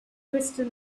crystal